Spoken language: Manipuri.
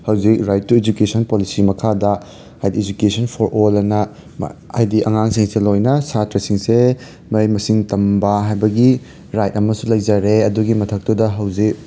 ꯍꯧꯖꯤꯛ ꯔꯥꯏꯠ ꯇꯨ ꯏꯖꯨꯀꯦꯁꯟ ꯄꯣꯂꯤꯁꯤ ꯃꯈꯥꯗ ꯍꯥꯏꯕꯗꯤ ꯏꯖꯨꯀꯦꯁꯟ ꯐꯣꯔ ꯑꯣꯜ ꯑꯅ ꯍꯥꯏꯕꯗꯤ ꯑꯉꯥꯡꯁꯤꯡꯁꯤ ꯂꯣꯏꯅ ꯁꯥꯇ꯭ꯔꯁꯤꯡꯁꯦ ꯃꯍꯩ ꯃꯁꯤꯡ ꯇꯝꯕꯥ ꯍꯥꯏꯕꯒꯤ ꯔꯥꯏꯠ ꯑꯃꯁꯨ ꯂꯩꯖꯔꯦ ꯑꯗꯨꯒꯤ ꯃꯊꯛꯇꯨꯗ ꯍꯧꯖꯤꯛ